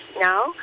now